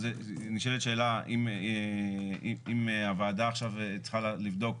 נשאלת שאלה אם הוועדה עכשיו צריכה לבדוק